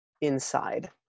inside